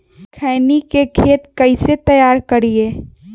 खैनी के खेत कइसे तैयार करिए?